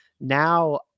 now